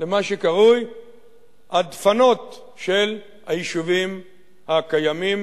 למה שקרוי הדפנות של היישובים הקיימים,